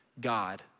God